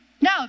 No